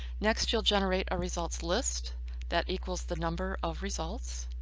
next, you'll generate a results list that equals the number of results.